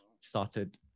started